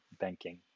banking